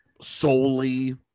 solely